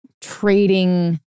Trading